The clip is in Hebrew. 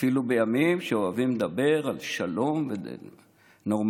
אפילו בימים שאוהבים לדבר על שלום ונורמליזציה